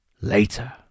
Later